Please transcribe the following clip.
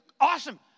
Awesome